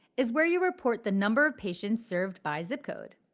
is where you report the number of patients served by zip code.